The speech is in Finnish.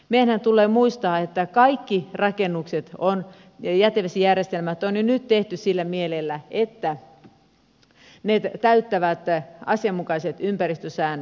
meidänhän tulee muistaa että kaikki rakennukset ja jätevesijärjestelmät on jo nyt tehty sillä mielellä että ne täyttävät asianmukaiset ympäristösäännökset